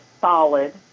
solid